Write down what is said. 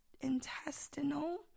intestinal